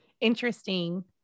interesting